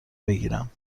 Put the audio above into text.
بگیرم